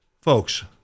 Folks